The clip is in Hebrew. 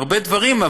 הרבה דברים,